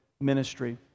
ministry